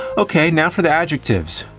okay, now for the adjectives.